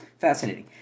Fascinating